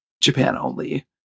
Japan-only